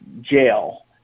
jail